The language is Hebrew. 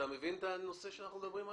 אתה מבין את הנושא שאנחנו מדברים עליו?